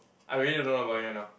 I really don't know about it right now